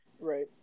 right